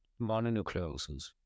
mononucleosis